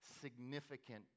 significant